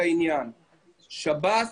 שב"ס,